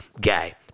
guy